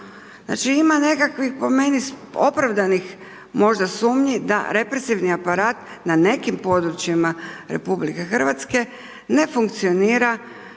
Znači ima nekakvih po meni, opravdanih možda sumnji da represivni aparat na nekim područjima RH ne funkcionira